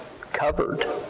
covered